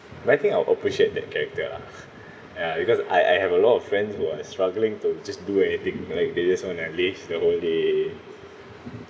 but I think I'll appreciate that character lah ya because I I have a lot of friends who are struggling to just do anything like they just want to laze the whole day